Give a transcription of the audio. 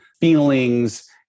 feelings